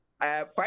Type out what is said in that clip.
five